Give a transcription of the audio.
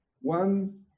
One